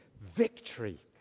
victory